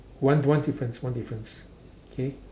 one one difference one difference okay